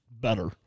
better